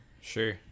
Sure